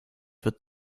wird